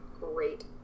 Great